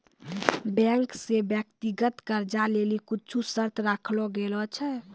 bank से व्यक्तिगत कर्जा लेली कुछु शर्त राखलो गेलो छै